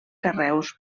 carreus